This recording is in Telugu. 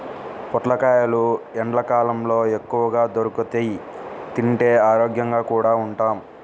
పొట్లకాయలు ఎండ్లకాలంలో ఎక్కువగా దొరుకుతియ్, తింటే ఆరోగ్యంగా కూడా ఉంటాం